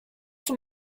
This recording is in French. sous